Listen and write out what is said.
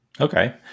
Okay